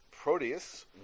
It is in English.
Proteus